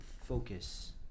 focus